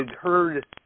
heard